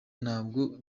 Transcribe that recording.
ntabwo